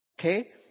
Okay